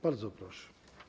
Bardzo proszę.